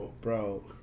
Bro